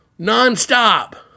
nonstop